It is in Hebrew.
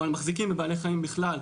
או על המחזיקים בבעלי חיים בכלל,